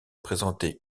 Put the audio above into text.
présenté